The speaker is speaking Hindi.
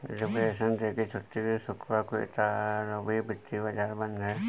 लिबरेशन डे की छुट्टी के लिए शुक्रवार को इतालवी वित्तीय बाजार बंद हैं